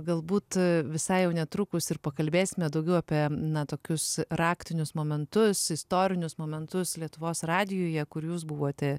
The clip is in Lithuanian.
galbūt visai jau netrukus ir pakalbėsime daugiau apie na tokius raktinius momentus istorinius momentus lietuvos radijuje kur jūs buvote